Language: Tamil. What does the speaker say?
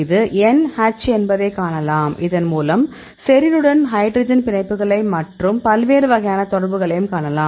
இது N H என்பதை காணலாம் இதன் மூலம் செரினுடன் ஹைட்ரஜன் பிணைப்புகளைக் மற்றும் பல்வேறு வகையான தொடர்புகளைக் காணலாம்